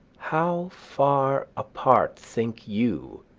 how far apart, think you,